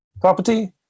property